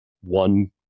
one